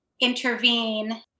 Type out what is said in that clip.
intervene